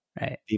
Right